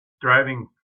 driving